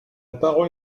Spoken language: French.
parole